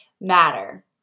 matter